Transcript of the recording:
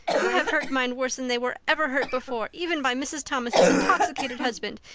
you have hurt mine worse than they were ever hurt before even by mrs. thomas' intoxicated husband.